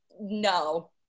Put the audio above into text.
no